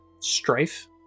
strife